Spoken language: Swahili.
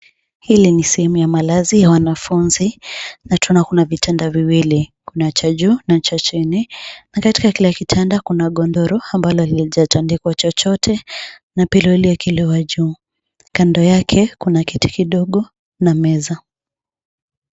Hili ni sehemu ya malazi ya wanafunzi na tunaona kuna vitanda viwili, kuna cha juu na cha chini. Na katika kila kitanda kuna godoro ambalo halijatandikwa chochote na pillow iliyowekelewa juu . Kando yake kuna kiti kidogo na meza.